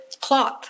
cloth